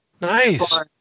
Nice